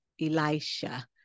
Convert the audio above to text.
Elisha